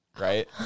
right